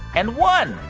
and won?